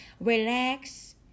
relax